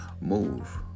move